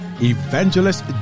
Evangelist